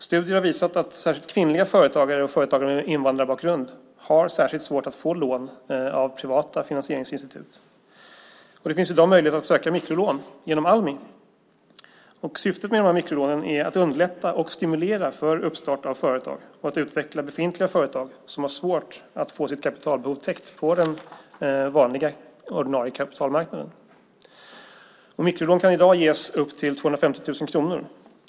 Studier har visat att särskilt kvinnliga företagare och företagare med invandrarbakgrund har svårt att få lån av privata finansieringsinstitut. Det finns i dag möjlighet att söka mikrolån genom Almi. Syftet med mikrolånen är att underlätta och stimulera för startande av företag och att utveckla befintliga företag som har svårt att få sitt kapitalbehov täckt på den vanliga, ordinarie kapitalmarknaden. Mikrolån kan i dag ges upp till 250 000 kronor.